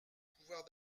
pouvoir